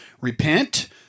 repent